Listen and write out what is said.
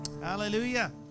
Hallelujah